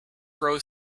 grow